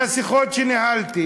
מהשיחות שניהלתי